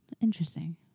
Interesting